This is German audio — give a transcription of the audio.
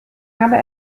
habe